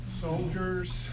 soldiers